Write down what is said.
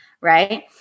right